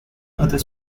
other